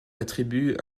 attribue